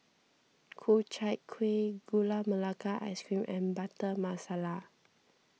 Ku Chai Kuih Gula Melaka Ice Cream and Butter Masala